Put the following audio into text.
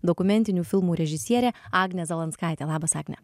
dokumentinių filmų režisierė agnė zalanskaitė labas agne